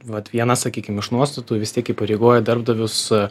vat viena sakykim iš nuostatų vis tiek įpareigoja darbdavius